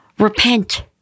Repent